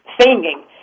singing